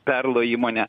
perlo įmonė